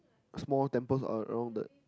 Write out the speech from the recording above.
small temples are around that